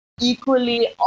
equally